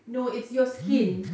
no it's your skin